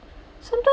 sometime